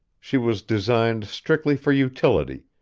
she was designed strictly for utility,